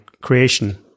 creation